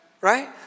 right